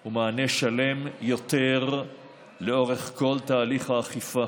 הוא מענה שלם יותר לאורך כל תהליך האכיפה,